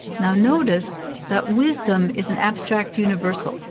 now, notice that wisdom is an abstract universal.